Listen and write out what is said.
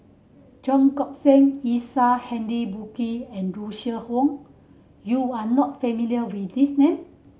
Cheong Koon Seng Isaac Henry Burkill and Russel Wong you are not familiar with these name